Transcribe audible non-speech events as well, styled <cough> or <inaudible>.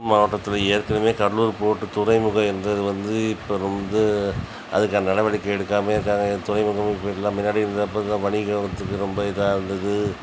மாவட்டத்தில் ஏற்கனவே கடலூர் போர்ட்டு துறைமுகம் இருந்தது வந்து இப்போ வந்து அதுக்கான நடவடிக்கை எடுக்காமலே இருக்காங்க துறைமுகமும் இப்போ இல்லை முன்னாடி இருந்த <unintelligible> வணிகத்துக்கு ரொம்ப இதாக இருந்தது